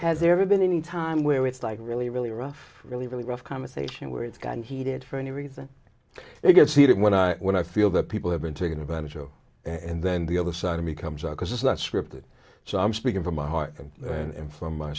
there ever been any time where it's like really really rough really really rough conversation where it's gotten heated for any reason it gets heated when i when i feel that people have been taken advantage of and then the other side of me comes out because it's not scripted so i'm speaking from my heart and from my